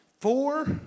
four